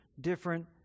different